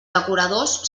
decoradors